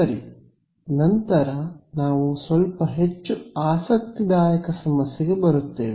ಸರಿ ನಂತರ ನಾವು ಸ್ವಲ್ಪ ಹೆಚ್ಚು ಆಸಕ್ತಿದಾಯಕ ಸಮಸ್ಯೆಗೆ ಬರುತ್ತೇವೆ